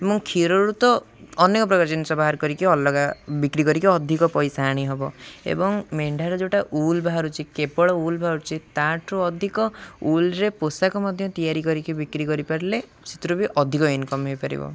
ଏବଂ କ୍ଷୀରରୁ ତ ଅନେକ ପ୍ରକାର ଜିନିଷ ବାହାର କରିକି ଅଲଗା ବିକ୍ରି କରିକି ଅଧିକ ପଇସା ଆଣିହବ ଏବଂ ମେଣ୍ଢାର ଯେଉଁଟା ଉଲ୍ ବାହାରୁଛି କେବଳ ଉଲ୍ ବାହାରୁଛି ତା'ଠୁ ଅଧିକ ଉଲରେ ପୋଷାକ ମଧ୍ୟ ତିଆରି କରିକି ବିକ୍ରି କରିପାରିଲେ ସେଥିରୁ ବି ଅଧିକ ଇନକମ୍ ହେଇପାରିବ